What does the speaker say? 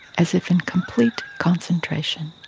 as if in complete concentration.